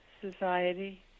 Society